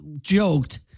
joked